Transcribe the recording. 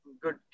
good